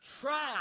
try